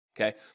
Okay